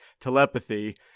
telepathy